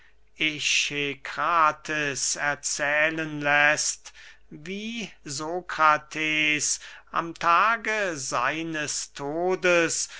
erzählen läßt wie sokrates am tage seines todes